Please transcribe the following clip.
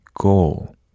goal